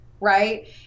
right